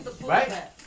right